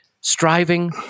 striving